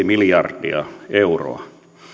miljardia euroa